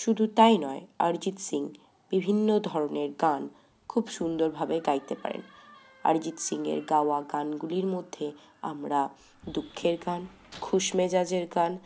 শুধু তাই নয় অরিজিৎ সিং বিভিন্ন ধরনের গান খুব সুন্দরভাবে গাইতে পারেন অরিজিৎ সিংয়ের গাওয়া গানগুলির মধ্যে আমরা দুঃখের গান খুশ মেজাজের গান